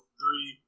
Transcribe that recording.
three